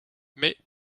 mais